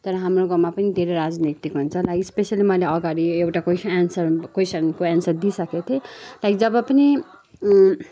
तर हाम्रो गाउँमा पनि धेरै राजनीति हुन्छ र स्पेसली मैले अगाडि एउटा क्वेसन एन्सर क्वेसनको एन्सर दिइसकेको थिएँ लाइक जब पनि